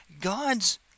God's